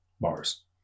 Bars